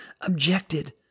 objected